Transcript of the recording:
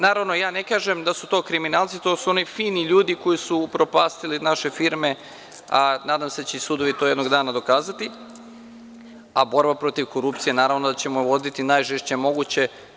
Naravno, ja ne kažem da su to kriminalci, to su oni fini ljudi koji su upropastili naše firme, a nadam se da će i sudovi to jednog dana dokazati, a borbu protiv korupcije naravno da ćemo voditi najžešće moguće.